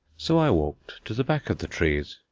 so i walked to the back of the trees,